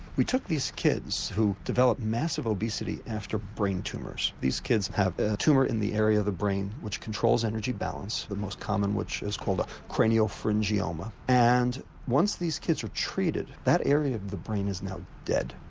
we took these kids who developed massive obesity after brain tumours these kids have a tumour in the area of the brain which controls energy balance, the most common of which is called a cranial pharyngioma, and once these kids are treated, that area of the brain is now dead,